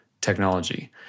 technology